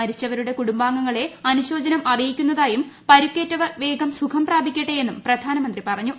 മരിച്ചവരുടെ കുടുംബാംഗങ്ങളെ അനുശോചനം അറിയിക്കുന്നതായും പ്പ്രൂക്കേറ്റവർ വേഗം സുഖം പ്രാപിക്കട്ടെ എന്നും പ്രധാനമന്ത്രി പറഞ്ഞു